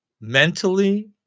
mentally